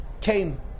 came